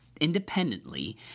independently